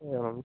एवं